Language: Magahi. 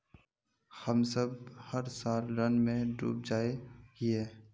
हम सब हर साल ऋण में डूब जाए हीये?